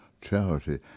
charity